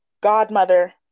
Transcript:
godmother